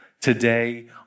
Today